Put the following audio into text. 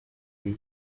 iyo